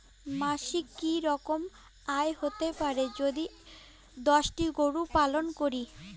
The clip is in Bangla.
মাসিক কি রকম আয় হতে পারে যদি দশটি গরু পালন করি?